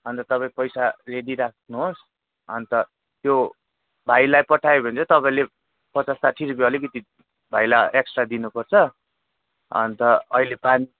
अन्त तपाईँ पैसा रेडी राख्नुहोस् अन्त त्यो भाइलाई पठाएँ भने चाहिँ तपाईँले पचास साठी रुपियाँ अलिकति भाइलाई एक्सट्रा दिनुपर्छ अन्त अहिले पानी